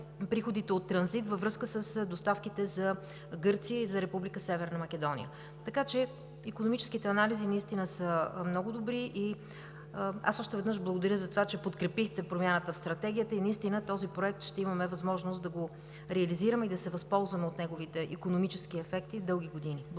от транзит във връзка с доставките за Гърция и за Република Северна Македония, така че икономическите анализи наистина са много добри. Още веднъж благодаря за това, че подкрепихте промяната в Стратегията и ще имаме възможност да реализираме този проект и да се възползваме от неговите икономически ефекти дълги години. Благодаря